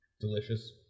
delicious